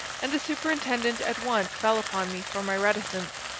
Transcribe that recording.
and the superintendent at once fell upon me for my reticence.